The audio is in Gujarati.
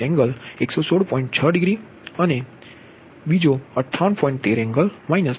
13 એંગલ 63